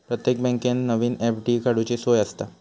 प्रत्येक बँकेत नवीन एफ.डी काडूची सोय आसता